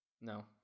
No